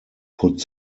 put